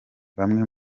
bamwe